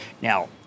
Now